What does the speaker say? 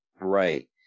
Right